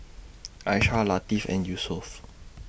Aishah Latif and Yusuf